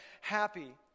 happy